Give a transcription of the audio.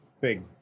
big